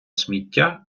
сміття